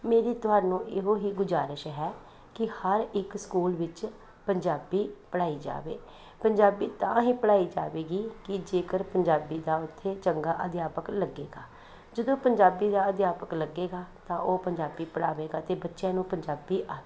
ਮੇਰੀ ਤੁਹਾਨੂੰ ਇਹੋ ਹੀ ਗੁਜ਼ਾਰਿਸ਼ ਹੈ ਕਿ ਹਰ ਇੱਕ ਸਕੂਲ ਵਿੱਚ ਪੰਜਾਬੀ ਪੜ੍ਹਾਈ ਜਾਵੇ ਪੰਜਾਬੀ ਤਾਂ ਹੀ ਪੜ੍ਹਾਈ ਜਾਵੇਗੀ ਕਿ ਜੇਕਰ ਪੰਜਾਬੀ ਦਾ ਉੱਥੇ ਚੰਗਾ ਅਧਿਆਪਕ ਲੱਗੇਗਾ ਜਦੋਂ ਪੰਜਾਬੀ ਦਾ ਅਧਿਆਪਕ ਲੱਗੇਗਾ ਤਾਂ ਉਹ ਪੰਜਾਬੀ ਪੜ੍ਹਾਵੇਗਾ ਅਤੇ ਬੱਚਿਆਂ ਨੂੰ ਪੰਜਾਬੀ ਆਵੇਗੀ